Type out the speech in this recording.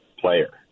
player